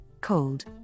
cold